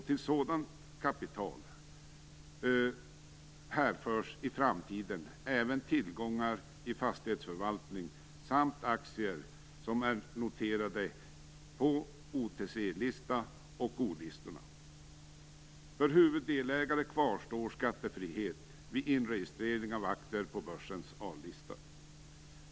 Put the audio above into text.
Till sådant kapital hänförs i framtiden även tillgångar i fastighetsförvaltning samt aktier som är noterade på OTC och O-listorna. För huvuddelägare kvarstår skattefrihet vid inregistrering av aktier på börsens A-lista.